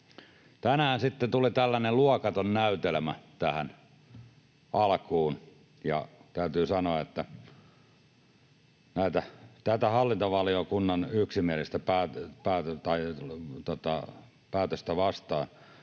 tällainen luokaton näytelmä tähän alkuun. Tätä hallintovaliokunnan yksimielistä päätöstä vastaan